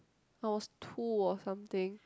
I was two or something